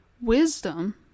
wisdom